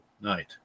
night